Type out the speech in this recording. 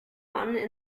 mountain